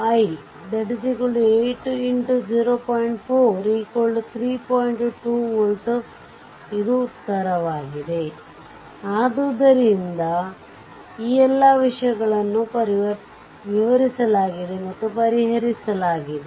2 volt ಇದು ಉತ್ತರವಾಗಿದೆ ಆದ್ದರಿಂದ ಈ ಎಲ್ಲಾ ವಿಷಯಗಳನ್ನು ವಿವರಿಸಲಾಗಿದೆ ಮತ್ತು ಪರಿಹರಿಸಲಾಗಿದೆ